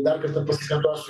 dar kartą pasikartosiu